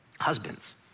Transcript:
Husbands